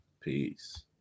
Peace